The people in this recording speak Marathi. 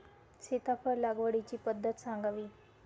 सीताफळ लागवडीची पद्धत सांगावी?